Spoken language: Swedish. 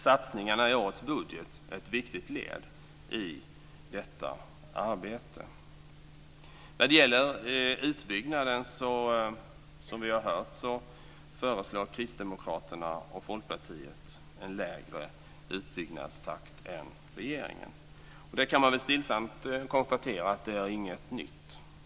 Satsningarna i årets budget är ett viktigt led i detta arbete. När det gäller utbyggnaden föreslår Kristdemokraterna och Folkpartiet, som vi har hört, en lägre utbyggnadstakt än regeringen. Det, kan man stillsamt konstatera, är inget nytt.